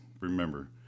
remember